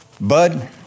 Bud